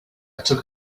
took